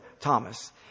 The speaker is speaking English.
Thomas